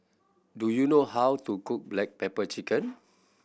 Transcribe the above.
do you know how to cook black pepper chicken